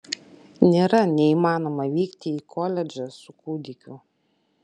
nėra neįmanoma vykti į koledžą su kūdikiu